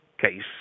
case